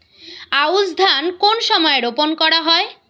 আউশ ধান কোন সময়ে রোপন করা হয়?